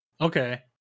Okay